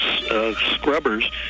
scrubbers